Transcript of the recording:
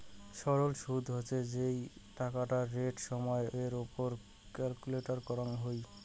সরল সুদ হসে যেই টাকাটা রেট সময় এর ওপর ক্যালকুলেট করাঙ হই